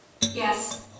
Yes